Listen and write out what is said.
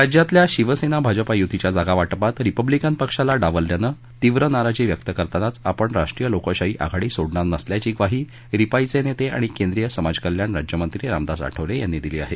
राज्यातल्या शिवसेना भाजपा युतीच्या जागा वाटपात रिपब्लिकन पक्षाला डावलल्यानं तीव्र नाराजी व्यक्त करतानाचं आपण राष्ट्रीय लोकशाही आघाडी सोडणार नसल्याची ग्वाही रिपाइंचे नेते आणि केंद्रीय समाज कल्याण राज्य मंत्री रामदास आठवले यांनी दिली आहे